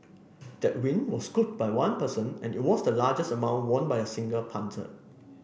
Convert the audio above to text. that win was scooped by one person and it was the largest amount won by a single punter